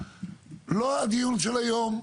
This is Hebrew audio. לא הדיון של היום.